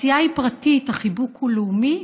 הפציעה היא פרטית, החיבוק הוא לאומי.